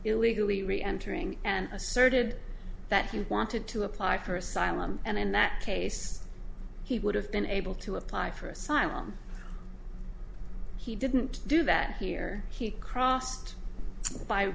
illegally re entering and asserted that he wanted to apply for asylum and in that case he would have been able to apply for asylum he didn't do that here he crossed